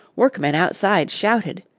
workmen outside shouted,